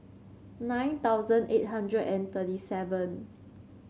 nine thousand eight hundred and thirty seven